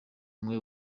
umwe